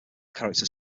character